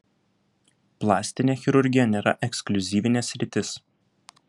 plastinė chirurgija nėra ekskliuzyvinė sritis